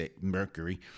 mercury